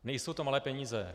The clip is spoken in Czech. Nejsou to malé peníze.